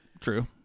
True